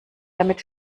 damit